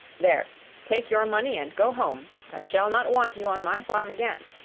there take your money and go home i shall not want you on my farm again.